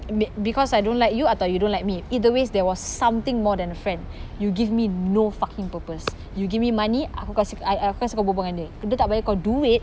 be~ because I don't like you atau you don't like me either ways there was something more than a friend you give me no fucking purpose you give me money aku kasi uh I aku kasi kau berbual dengan dia dia tak bayar kau duit